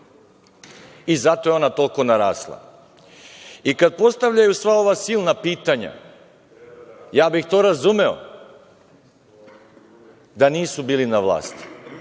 i zato je ona toliko narasla. Kada postavljaju sva ova silna pitanja, ja bih to razumeo da nisu bili na vlasti,